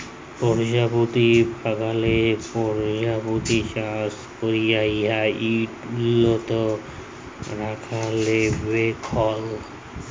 পরজাপতি বাগালে পরজাপতি চাষ ক্যরা হ্যয় ইট উল্লত রখলাবেখল